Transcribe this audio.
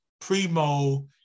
Primo